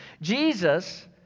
Jesus